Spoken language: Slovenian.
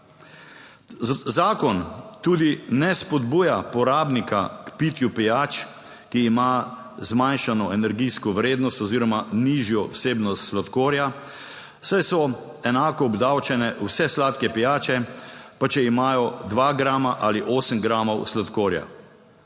Zakon tudi ne spodbuja porabnika k pitju pijač, ki ima zmanjšano energijsko vrednost oziroma nižjo vsebnost sladkorja, saj so enako obdavčene vse sladke pijače, pa če imajo 2 grama ali 8 gramov sladkorja.